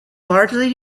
largely